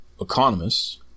economists